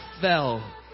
fell